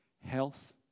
health